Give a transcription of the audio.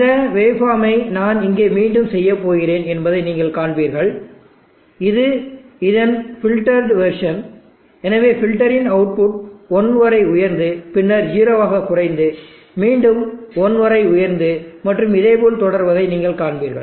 இந்த வேவ் ஃபார்மை நான் இங்கே மீண்டும் செய்யப் போகிறேன் என்பதை நீங்கள் காண்பீர்கள் இது இதன் பில்டர்டு வெர்ஷன் எனவே பில்டரின் அவுட்புட் 1 வரை உயர்ந்து பின்னர் 0 ஆக குறைந்து மீண்டும் 1 வரை உயர்ந்து மற்றும் இதேபோல் தொடர்வதை நீங்கள் காண்பீர்கள்